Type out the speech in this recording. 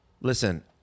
listen